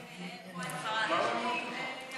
יעל כהן-פארן.